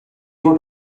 fod